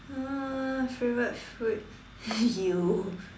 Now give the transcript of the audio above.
uh favorite food you